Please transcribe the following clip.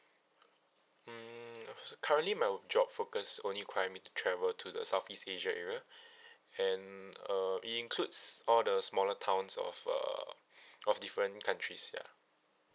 mm oh so currently my job focus only require me to travel to the southeast asia area and uh it includes all the smaller towns of uh of different countries ya